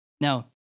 Now